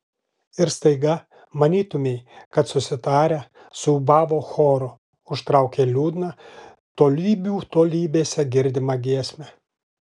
ir staiga manytumei kad susitarę suūbavo choru užtraukė liūdną tolybių tolybėse girdimą giesmę